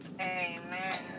Amen